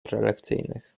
prelekcyjnych